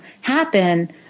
happen